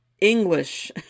English